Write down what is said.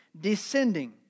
descending